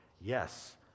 Yes